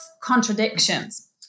contradictions